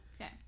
Okay